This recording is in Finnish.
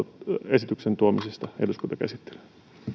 esityksen tuomisesta eduskuntakäsittelyyn